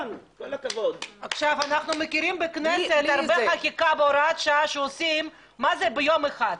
אנחנו מכירים בכנסת חקיקה שעושים בהוראת שעה ביום אחד.